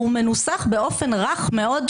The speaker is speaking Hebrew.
הוא מנוסח באופן רך מאוד,